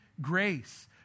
grace